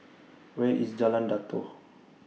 Where IS Jalan Datoh